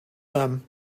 them